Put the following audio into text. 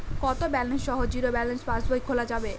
কত ব্যালেন্স সহ zero balance পাসবই খোলা যাবে?